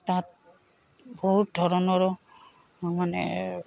তাত বহুত ধৰণৰো মানে